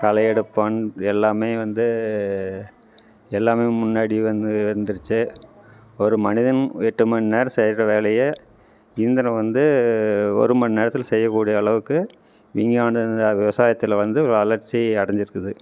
கலை எடுப்பான் எல்லாம் வந்து எல்லாம் முன்னாடி வந்து வந்துடுச்சு ஒரு மனிதன் எட்டு மணி நேரம் செய்கிற வேலையை இயந்திரம் வந்து ஒரு மணி நேரத்தில் செய்ய கூடிய அளவுக்கு விஞ்ஞானம் விவசாயத்தில் வந்து வளர்ச்சி அடைஞ்சுருக்குது